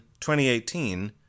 2018